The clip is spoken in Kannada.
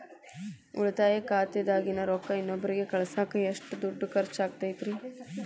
ಉಳಿತಾಯ ಖಾತೆದಾಗಿನ ರೊಕ್ಕ ಇನ್ನೊಬ್ಬರಿಗ ಕಳಸಾಕ್ ಎಷ್ಟ ದುಡ್ಡು ಖರ್ಚ ಆಗ್ತೈತ್ರಿ?